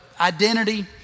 identity